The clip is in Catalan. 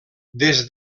des